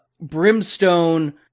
Brimstone